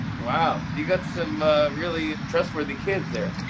wow. you got some ah really trustworthy kids there.